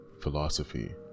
philosophy